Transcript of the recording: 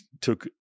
took